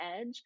edge